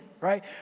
right